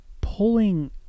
pulling